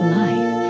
life